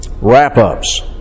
Wrap-ups